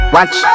Watch